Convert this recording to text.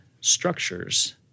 structures